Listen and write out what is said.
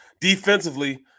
Defensively